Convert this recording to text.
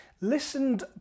Listened